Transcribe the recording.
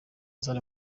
zari